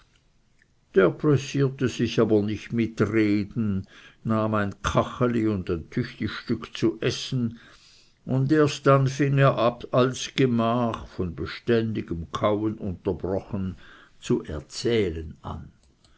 der pressierte sich aber nicht mit reden nahm ein kacheli und ein tüchtig stück zu essen und erst dann fing er alsgemach von beständigem kauen unterbrochen zu erzählen an